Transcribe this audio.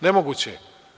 Nemoguće je.